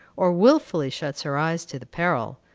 or wilfully shuts her eyes to the peril.